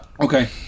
okay